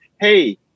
hey